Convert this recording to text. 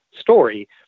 story